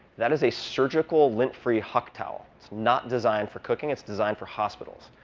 that is a surgical, lint-free huck towel. it's not designed for cooking. it's designed for hospitals.